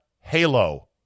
Halo